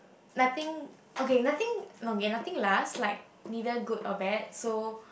nothing okay nothing okay nothing last like neither good or bad so